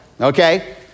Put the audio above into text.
okay